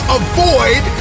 avoid